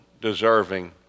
deserving